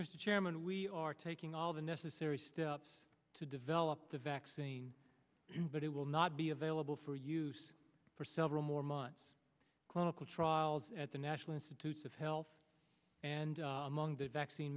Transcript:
mr chairman we are taking all the necessary steps to develop the vaccine but it will not be available for use for several more months clinical trials at the national institutes of health and among the vaccine